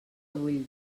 vull